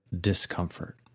discomfort